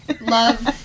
love